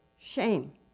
shame